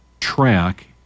track